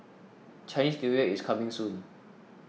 Chinese New Year is coming soon